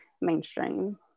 mainstream